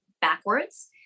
backwards